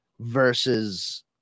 versus